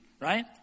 right